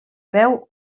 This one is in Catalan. peu